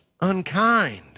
unkind